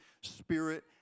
spirit